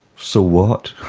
so what!